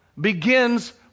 begins